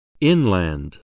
Inland